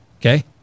Okay